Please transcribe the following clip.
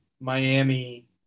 Miami